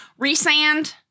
resand